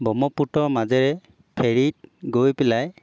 ব্ৰহ্মপুত্ৰৰ মাজেৰে ফেৰীত গৈ পেলাই